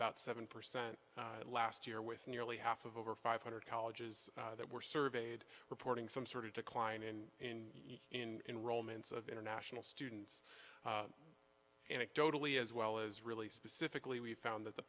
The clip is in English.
about seven percent last year with nearly half of over five hundred colleges that were surveyed reporting some sort of decline and in romance of international students anecdotally as well as really specifically we found that the